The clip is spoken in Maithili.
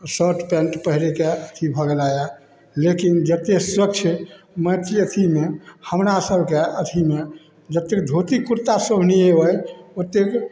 शर्ट पैन्ट पहिरैके अथी भऽ गेला यऽ लेकिन जतेक स्वच्छ मैथिली अथीमे हमरासभकेँ अथीमे जतेक धोती कुरता शोभनीय अइ ओतेक